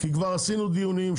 כבר עשינו דיונים,